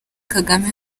kagame